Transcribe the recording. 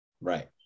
Right